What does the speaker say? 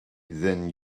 than